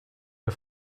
der